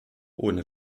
ohne